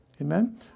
amen